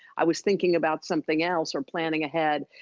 i was thinking about something else or planning ahead.